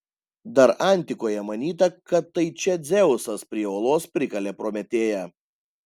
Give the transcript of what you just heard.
dar antikoje manyta kad tai čia dzeusas prie uolos prikalė prometėją